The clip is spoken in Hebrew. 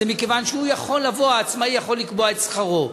מכיוון שהעצמאי יכול לקבוע את שכרו.